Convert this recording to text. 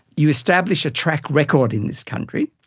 you establish a track record in this country,